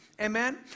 Amen